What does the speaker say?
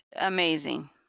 Amazing